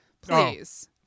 please